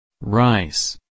Rice